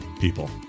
people